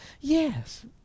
Yes